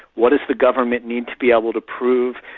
what does the government need to be able to prove?